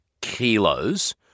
kilos